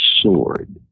sword